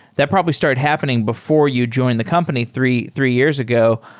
that probably started happening before you joined the company three three years ago.